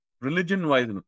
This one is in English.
religion-wise